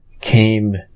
came